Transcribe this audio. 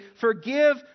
Forgive